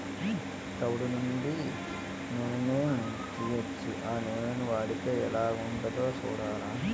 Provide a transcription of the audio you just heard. తవుడు నుండి నూనని తీయొచ్చు ఆ నూనని వాడితే ఎలాగుంటదో సూడాల